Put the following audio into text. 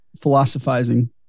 philosophizing